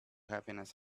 happiness